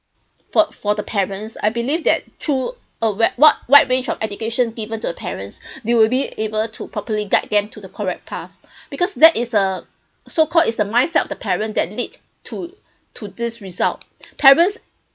for for the parents I believe that through a w~ wi~ wide range of education given to the parents they will be able to properly guide them to the correct path because that is a so called is a mindset of the parent that lead to to this result parents